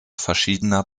verschiedener